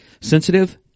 sensitive